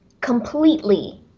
completely